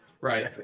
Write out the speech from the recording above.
Right